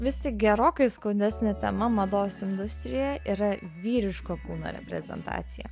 vis tik gerokai skaudesnė tema mados industrijoje yra vyriško kūnų reprezentacija